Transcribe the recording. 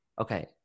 okay